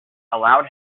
allowed